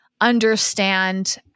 understand